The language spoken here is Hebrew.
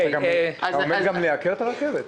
אתה עומד גם לייקר את הרכבת?